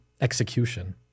execution